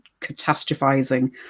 catastrophizing